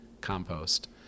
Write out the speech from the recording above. compost